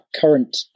current